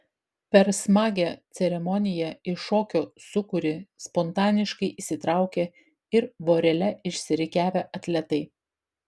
per smagią ceremoniją į šokio sūkurį spontaniškai įsitraukė ir vorele išsirikiavę atletai